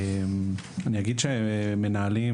נושא המנהלים